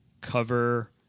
cover